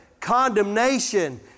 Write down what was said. Condemnation